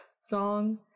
song